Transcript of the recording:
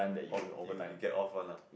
oh you you get off one lah